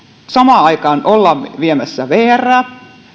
samaan aikaan ollaan viemässä vrää